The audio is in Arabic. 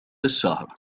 الشهر